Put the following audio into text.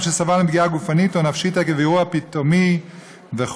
שסבל מפגיעה גופנית או נפשית עקב אירוע פתאומי וכו'.